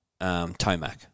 Tomac